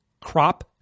crop